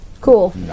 Cool